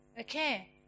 Okay